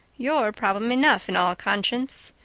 you're problem enough in all conscience.